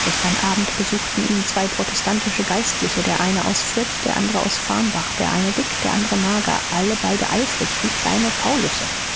gestern abend besuchten ihn zwei protestantische geistliche der eine aus fürth der andre aus farnbach der eine dick der andre mager alle beide eifrig wie kleine paulusse